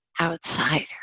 outsider